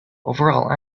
overall